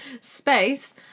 space